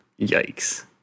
yikes